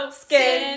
skin